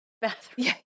bathroom